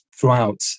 throughout